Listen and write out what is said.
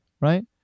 right